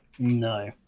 no